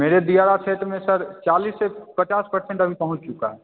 मेरे दियरा क्षेत्र में सर चालीस से पचास पर्सेंट अभी पहुँच चुका है